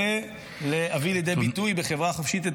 ובחברה חופשית,